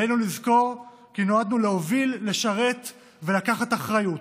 עלינו לזכור כי נועדנו להוביל, לשרת ולקחת אחריות.